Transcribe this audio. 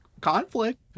conflict